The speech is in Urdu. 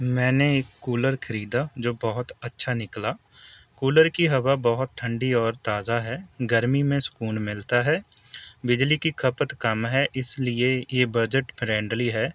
میں نے ایک کولر خریدا جو بہت اچھا نکلا کولر کی ہوا بہت ٹھنڈی اور تازہ ہے گرمی میں سکون ملتا ہے بجلی کی کھپت کم ہے اس لیے یہ بجٹ فرینڈلی ہے